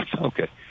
Okay